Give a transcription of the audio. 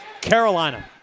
carolina